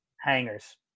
Hangers